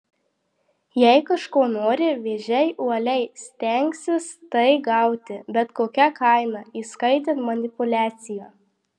jei kažko nori vėžiai uoliai stengsis tai gauti bet kokia kaina įskaitant manipuliaciją